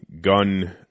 gun